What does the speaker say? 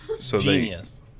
Genius